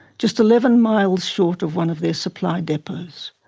just eleven miles short of one of their supply depots.